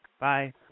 Bye